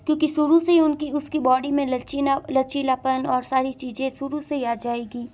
क्योंकि शुरू से उनकी उसकी बॉडी में लचीना लचीलापन और सारी चीज़ें शुरू से ही आ जाएगी